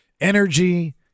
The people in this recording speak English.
energy